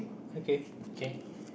okay